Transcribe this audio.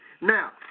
Now